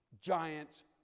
giants